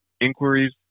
inquiries